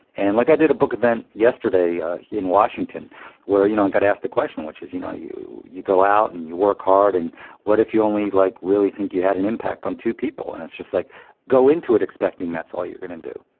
and like i did a book event yesterday ah in washington where, you know, i got to ask the question, which is, you know, you you go out and you work hard and what if you only like really think you had an impact on two people and it's just like go into it expecting that's all you're going to do.